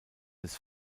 des